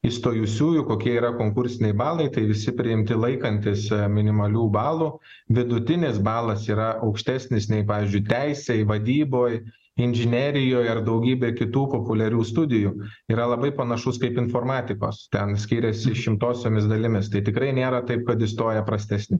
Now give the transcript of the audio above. įstojusiųjų kokie yra konkursiniai balai tai visi priimti laikantis minimalių balų vidutinis balas yra aukštesnis nei pavyzdžiui teisėj vadyboj inžinerijoj ar daugybėj kitų populiarių studijų yra labai panašus kaip informatikos ten skiriasi šimtosiomis dalimis tai tikrai nėra taip kad įstoja prastesni